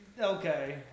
Okay